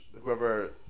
whoever